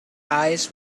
eyes